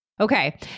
Okay